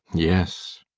yes,